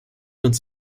uns